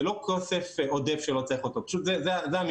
זה לא כסף עודף שלא צריך אותו, פשוט זה המינוח.